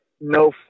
no